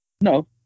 no